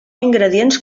ingredients